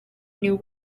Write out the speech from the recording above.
new